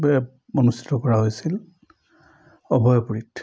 অনুষ্ঠিত কৰা হৈছিল অভয়পুৰীত